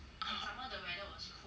oh